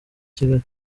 kigali